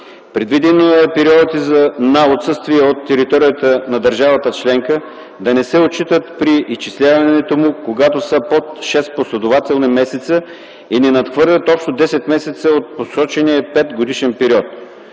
Предвидено е периодите на отсъствие от територията на държавата членка да не се отчитат при изчисляването му, когато са под 6 последователни месеца и не надхвърлят общо 10 месеца за посочения 5-годишен период.